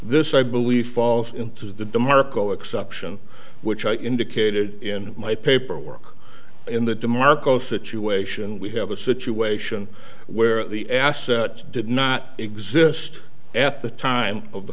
this i believe falls into the demarco exception which i indicated in my paperwork in the demarco situation we have a situation where the asset did not exist at the time of the